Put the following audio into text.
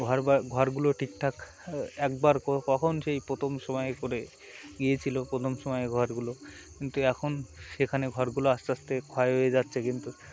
ঘর বা ঘরগুলো ঠিক ঠাক একবার কখন সেই প্রথম সময়ে করে গিয়েছিলো প্রথম সময়ে ঘরগুলো কিন্তু এখন সেখানে ঘরগুলো আস্তে আস্তে ক্ষয় হয়ে যাচ্ছে কিন্তু